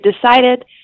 decided